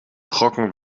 brocken